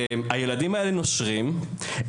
הילדים האלה נושרים,